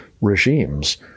regimes